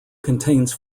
contains